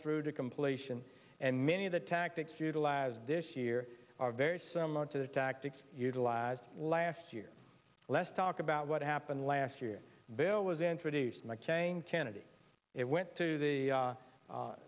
through to completion and many of the tactics utilize this year are very similar to the tactics utilized last year let's talk about what happened last year bill was introduced like jane kennedy it went to the